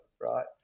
right